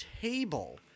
table